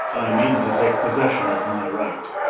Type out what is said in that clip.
i meane to take possession of my right